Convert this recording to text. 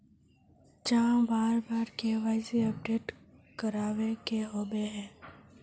चाँह बार बार के.वाई.सी अपडेट करावे के होबे है?